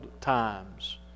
times